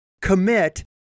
commit